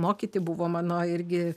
mokyti buvo mano irgi